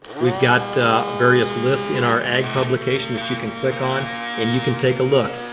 we've got various lists in our ag publication that you can click on and you can take a look.